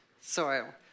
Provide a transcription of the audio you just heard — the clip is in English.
soil